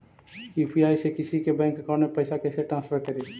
UPI से किसी के बैंक अकाउंट में पैसा कैसे ट्रांसफर करी?